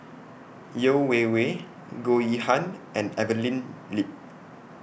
Yeo Wei Wei Goh Yihan and Evelyn Lip